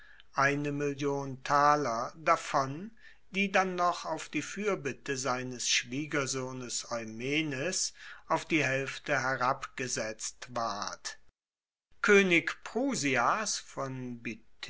taler davon die dann noch auf die fuerbitte seines schwiegersohnes eumenes auf die haelfte herabgesetzt ward koenig prusias von